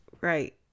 right